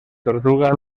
tortuga